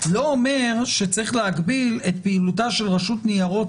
לא אומר שצריך להגביל את פעילותה של הרשות לניירות